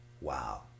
Wow